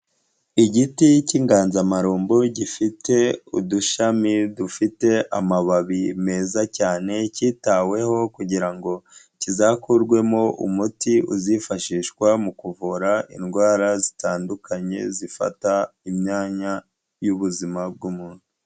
Igiti cy'inganzamarumbo, gifite udushami dufite amababi meza cyane, cyitaweho kugira ngo kizakurwemo umuti uzifashishwa mu kuvura indwara zitandukanye zifata imyanya y'ubuzima bw'umuntu.